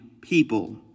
people